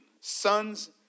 sons